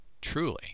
truly